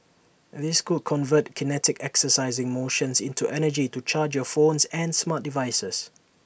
these could convert kinetic exercising motions into energy to charge your phones and smart devices